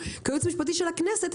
כייעוץ המשפטי של הכנסת,